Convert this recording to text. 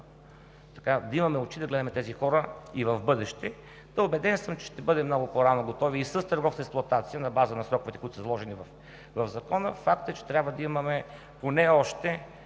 можем да имаме очи да гледаме тези хора и в бъдеще. Убеден съм, че ще бъдем много по-рано готови и с търговската експлоатация на база на сроковете, които са изложени в Закона. Факт е, че трябва да имаме поне още